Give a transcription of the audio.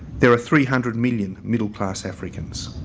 there are three hundred million middle class africans,